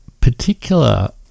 particular